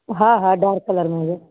हा हा dark colour में हुजे